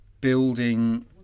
building